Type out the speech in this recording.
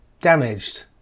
damaged